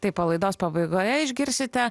taip o laidos pabaigoje išgirsite